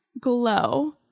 Glow